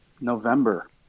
November